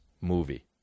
movie